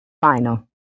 Final